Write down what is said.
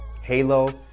Halo